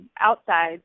outside